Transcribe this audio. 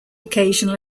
occasional